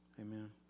Amen